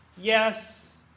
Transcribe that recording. yes